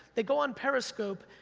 they go on periscope,